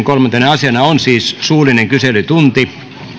kolmantena asiana on suullinen kyselytunti